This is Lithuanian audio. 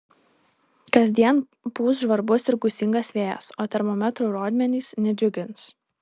kasdien pūs žvarbus ir gūsingas vėjas o termometrų rodmenys nedžiugins